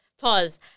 pause